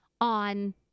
on